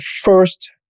first